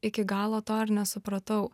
iki galo to ir nesupratau